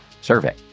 survey